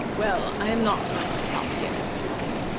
well, i am not going to stop here, said the king,